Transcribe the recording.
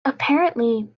apparently